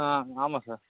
ஆ ஆமாம் சார்